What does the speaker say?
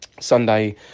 Sunday